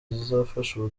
zizafasha